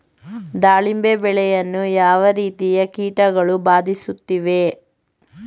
ದಾಳಿಂಬೆ ಬೆಳೆಯನ್ನು ಯಾವ ರೀತಿಯ ಕೀಟಗಳು ಬಾಧಿಸುತ್ತಿವೆ?